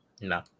No